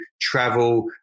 travel